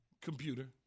computer